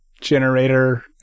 generator